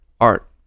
Art